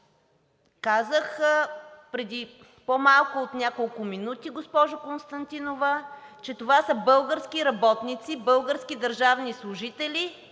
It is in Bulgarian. казах преди по-малко от няколко минути, госпожо Константинова, че това са български работници, български държавни служители,